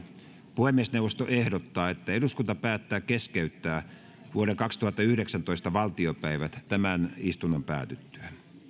puhemiesneuvosto ehdottaa että eduskunta päättää keskeyttää vuoden kaksituhattayhdeksäntoista valtiopäivät tämän istunnon päätyttyä